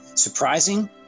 Surprising